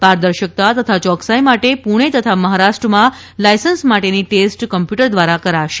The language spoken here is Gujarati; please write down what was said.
પારદર્શકતા તથા યોકસાઈ માટે પુણે તથા મહારાષ્ટ્રમાં લાયસન્સ માટેની ટેસ્ટ કમ્પ્યૂટર દ્વારા કરાશે